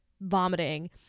vomiting